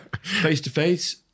Face-to-face